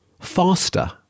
faster